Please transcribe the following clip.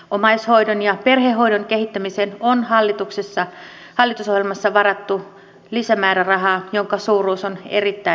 omaishoidon ja perhehoidon kehittämiseen on hallitusohjelmassa varattu lisämäärärahaa jonka suuruus on erittäin merkittävä